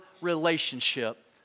relationship